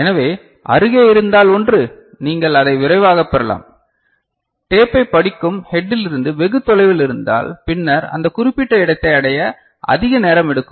எனவே அருகே இருந்தால் ஒன்று நீங்கள் அதை விரைவாகப் பெறலாம் டேப்பைப் படிக்கும் ஹெட்டிலிருந்து வெகு தொலைவில் இருந்தால் பின்னர் அந்த குறிப்பிட்ட இடத்தை அடைய அதிக நேரம் எடுக்கும்